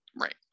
Right